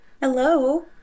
Hello